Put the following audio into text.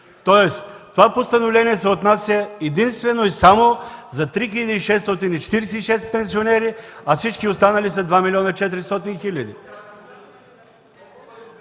Тоест, това постановление се отнася единствено и само за 3646 пенсионери, а всички останали са 2 млн. 400 хиляди.